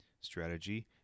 strategy